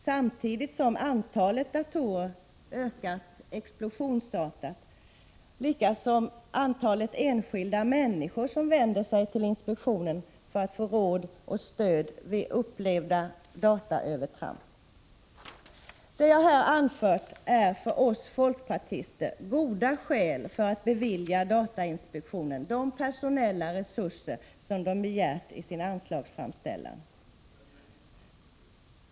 Samtidigt har antalet datorer ökat explosionsartat, liksom antalet enskilda människor som vänder sig till inspektionen för att få råd och stöd vid upplevda dataövertramp. Vad jag här har anfört är för oss folkpartister goda skäl för att bevilja datainspektionen de personella resurser som inspektionen har begärt i sin Prot. 1985/86:100 anslagsframställning.